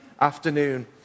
afternoon